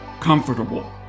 comfortable